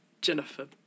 Jennifer